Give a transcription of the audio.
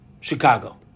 Chicago